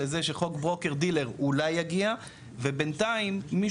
לזה שחוק ברוקר דילר אולי יגיע ובינתיים מי